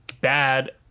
bad